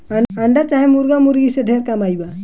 अंडा चाहे मुर्गा मुर्गी से ढेर कमाई बा